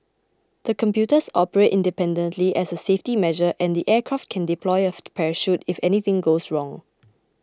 the computers operate independently as a safety measure and the aircraft can deploy a parachute if anything goes wrong